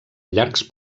llargs